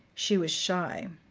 she was shy.